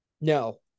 No